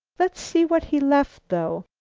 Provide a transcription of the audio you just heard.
let's see what he left, though.